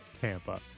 Tampa